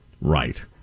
Right